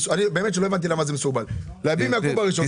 באמת שלא הבנתי למה זה מסורבל להביא מהקוב הראשון.